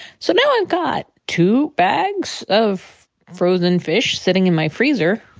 so now i've got two bags of frozen fish sitting in my freezer.